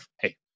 hey